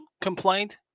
complaint